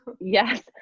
Yes